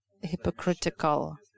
hypocritical